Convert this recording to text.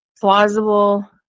plausible